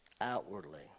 outwardly